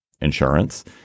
insurance